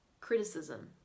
criticism